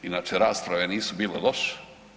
Inače rasprave nisu bile loše.